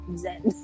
zen